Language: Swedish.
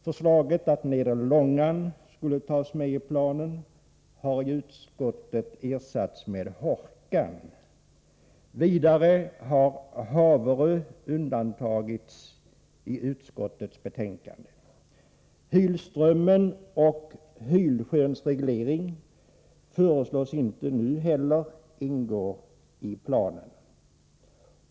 Förslaget att nedre Långan skulle tas med i planen har av utskottet ersatts med Hårkan. Vidare har Haverö undantagits i utskottets betänkande. Hylströmmen och Hylsjöns reglering föreslås inte nu ingå i planen.